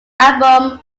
album